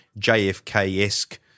JFK-esque